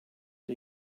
der